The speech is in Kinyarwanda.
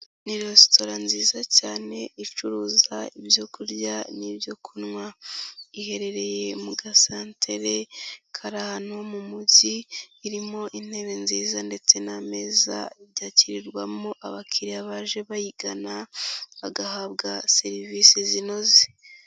Ni resitora nziza cyane icuruza ibyo kurya n'ibyo kunywa, iherereye mu gasantere kari ahantu ho mu mujyi irimo intebe nziza ndetse n'ameza byakirirwamo abakiriya baje bayigana bagahabwa serivisi zinoze.